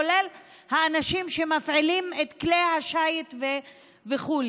כולל האנשים שמפעילים את כלי השיט וכו',